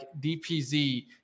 DPZ